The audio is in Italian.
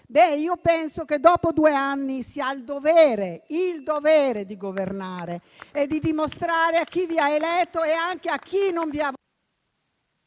Penso che dopo due anni si abbia il dovere di governare e di dimostrare a chi vi ha eletto e anche a chi non vi ha eletto